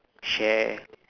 share eh